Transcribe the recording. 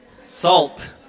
Salt